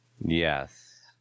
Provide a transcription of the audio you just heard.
Yes